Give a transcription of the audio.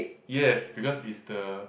yes because is the